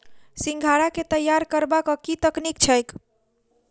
सिंघाड़ा केँ तैयार करबाक की तकनीक छैक?